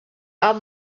are